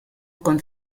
con